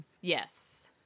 Yes